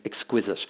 exquisite